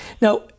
Now